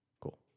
Cool